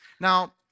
Now